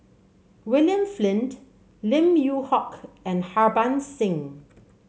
William Flint Lim Yew Hock and Harbans Singh